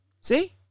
See